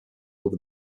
over